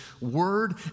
word